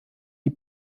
die